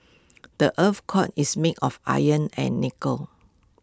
the Earth's core is made of iron and nickel